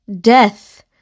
death